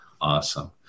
Awesome